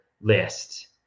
list